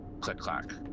Click-Clack